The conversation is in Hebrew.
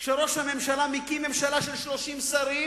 כשראש הממשלה מקים ממשלה של 30 שרים,